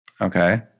Okay